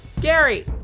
Gary